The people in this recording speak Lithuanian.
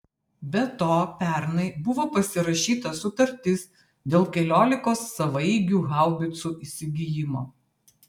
be to pernai buvo pasirašyta sutartis dėl keliolikos savaeigių haubicų įsigijimo